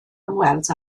ymweld